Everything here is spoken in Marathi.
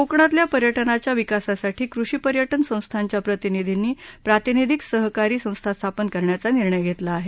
कोकणातल्या पर्यटनाच्या विकासासाठी कृषी पर्यटन संस्थांच्या प्रतिनिधींनी प्रातिनिधिक सहकारी संस्था स्थापन करण्याचा निर्णय घेतला आहे